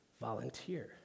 volunteer